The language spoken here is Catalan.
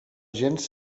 gens